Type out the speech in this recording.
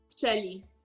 Shelly